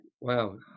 Wow